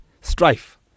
strife